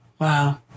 Wow